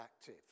active